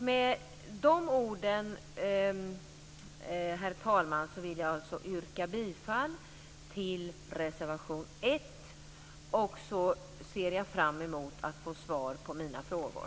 Med de orden vill jag yrka bifall till reservation 1, och så ser jag fram emot att få svar på mina frågor.